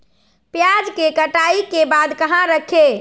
प्याज के कटाई के बाद कहा रखें?